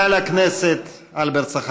הכנסת זאב אלקין,